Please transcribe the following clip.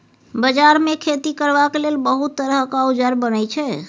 बजार मे खेती करबाक लेल बहुत तरहक औजार बनई छै